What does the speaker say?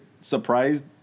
surprised